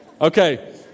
Okay